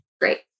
Great